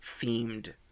themed